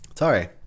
Sorry